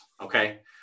Okay